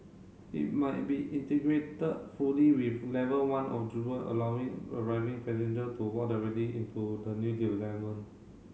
it might be integrated fully with level one of Jewel allowing arriving passenger to walk directly into the new development